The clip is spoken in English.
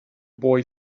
boy